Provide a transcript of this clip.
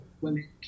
women